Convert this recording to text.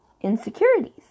insecurities